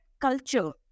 culture